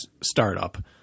startup